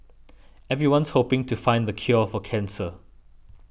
everyone's hoping to find the cure for cancer